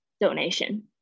donation